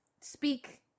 speak